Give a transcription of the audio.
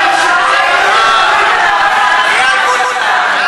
תוציא אותה,